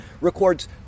records